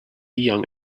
young